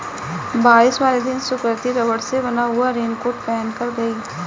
बारिश वाले दिन सुकृति रबड़ से बना हुआ रेनकोट पहनकर गई